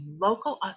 local